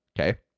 Okay